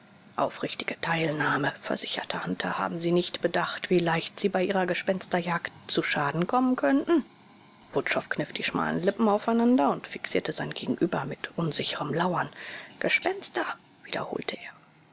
aufrichtige teilnahme versicherte hunter haben sie nicht bedacht wie leicht sie bei ihrer gespensterjagd zu schaden kommen könnten wutschow kniff die schmalen lippen aufeinander und fixierte sein gegenüber mit unsicherem lauern gespenster wiederholte er